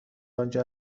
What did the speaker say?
آنجا